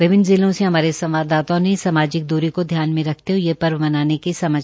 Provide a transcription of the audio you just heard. विभिन्न जिलों से हमारे संवाददाताओं ने सामाजिक दूरी को ध्यान रखते हये ये पर्व मनाने के समाचार दिये है